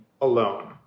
alone